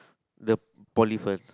the poly first